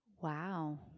Wow